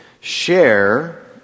share